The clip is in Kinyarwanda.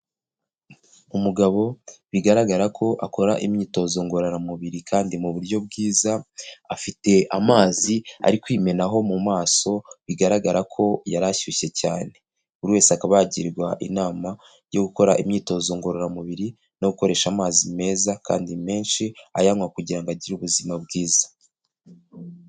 Umugabo bigaragara ko akora imyitozo ngororamubiri kandi mu buryo bwiza, afite amazi ari kwimenaho mu maso bigaragara ko yari ashyushye cyane, buri wese akaba yagirwa inama yo gukora imyitozo ngororamubiri no gukoresha amazi meza kandi menshi ayanywa kugira ngo agire ubuzima bwiza.